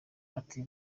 ati